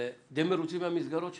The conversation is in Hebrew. די מרוצים מהמסגרות שלכם?